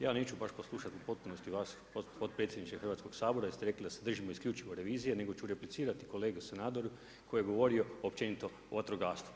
Ja neću baš poslušati u potpunosti vas potpredsjedniče Hrvatskoga sabora, jer ste rekli da se držimo isključivo revizije, nego ću replicirati kolegi Sanaderu koji je govorio općenito o vatrogastvu.